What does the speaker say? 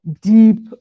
deep